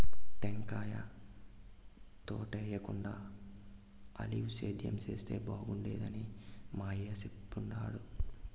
టెంకాయ తోటేయేకుండా ఆలివ్ సేద్యం చేస్తే బాగుండేదని మా అయ్య చెప్తుండాడు